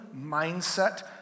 mindset